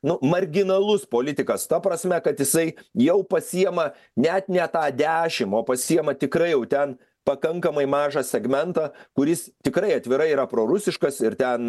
nu marginalus politikas ta prasme kad jisai jau pasiėma net ne tą dešim o pasiėma tikrai jau ten pakankamai mažą segmentą kuris tikrai atvirai yra prorusiškas ir ten